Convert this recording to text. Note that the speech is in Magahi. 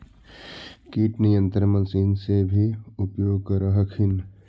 किट नियन्त्रण मशिन से भी उपयोग कर हखिन?